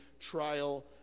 trial